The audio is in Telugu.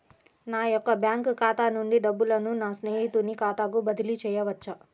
నా యొక్క బ్యాంకు ఖాతా నుండి డబ్బులను నా స్నేహితుని ఖాతాకు బదిలీ చేయవచ్చా?